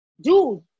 Dude